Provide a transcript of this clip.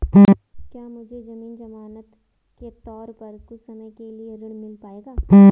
क्या मुझे ज़मीन ज़मानत के तौर पर कुछ समय के लिए ऋण मिल पाएगा?